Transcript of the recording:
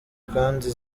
kandi